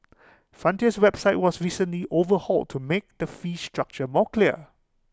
Frontier's website was recently overhauled to make the fee structure more clear